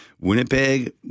Winnipeg